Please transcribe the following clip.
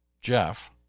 Jeff